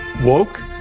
Woke